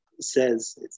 says